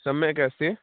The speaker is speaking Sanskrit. सम्यक् अस्ति